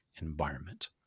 environment